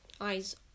eyes